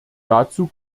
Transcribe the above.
dazu